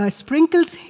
sprinkles